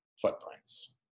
footprints